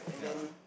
ya